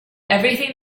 everything